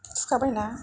थुखाबाय ना